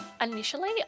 Initially